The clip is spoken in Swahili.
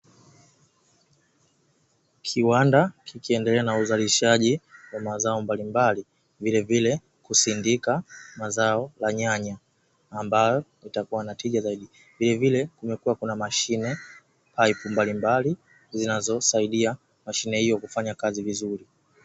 Kiwanda kikiendelea na uzalishaji wa mazao mbalimbali vilevile kusindika mazao ya nyanya ambayo itakuwa na tija zaidi, vilevile kumekuwa na mashine (paipu mbalimbali) zinayosaidia mashine hiyo kufanya kazi vizuri.